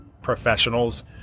professionals